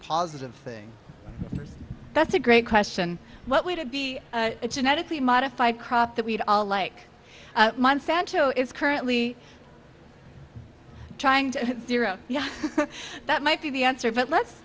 positive thing that's a great question what would it be a genetically modified crop that we'd all like santo is currently trying to zero yeah that might be the answer but let's